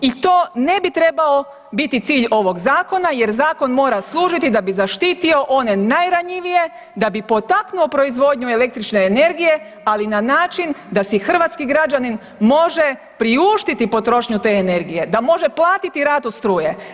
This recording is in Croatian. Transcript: I to ne bi trebao biti cilj ovog zakona jer zakon mora služiti da bi zaštitio one najranjivije, da bi potaknuo proizvodnju električne energije ali na način da si hrvatski građanin može priuštiti potrošnju te energije, da može platiti ratu struje.